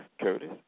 Curtis